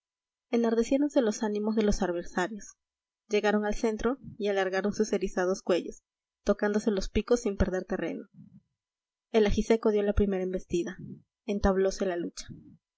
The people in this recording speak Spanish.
enardeciéronse los ánimos de los adversarios liegaron al centro y alargaron sus erizados cuellos tocándose los picos sin perder terreno el ajiseco dio la primera embestida entablóse la lucha